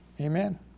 Amen